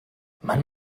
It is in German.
man